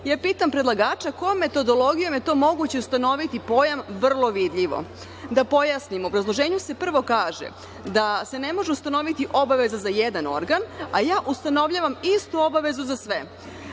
sistemu. Pitam predlagača, kojom metodologijom je to moguće ustanoviti pojam „vrlo vidljivo“? Da pojasnim, u obrazloženju se prvo kaže da se ne može ustanoviti obaveza za jedan organ, a ustanovljavam istu obavezu za sve.